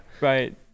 Right